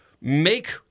make